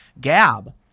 Gab